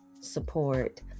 support